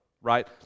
right